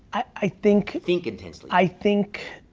i think think intensely. i think.